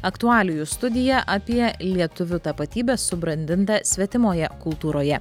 aktualijų studija apie lietuvių tapatybę subrandintą svetimoje kultūroje